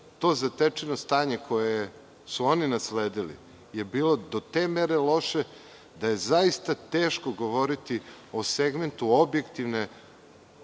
To zatečeno stanje koje su oni nasledili je bilo do te mere loše da je zaista teško govoriti o segmentu objektivne